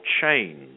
change